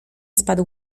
spadł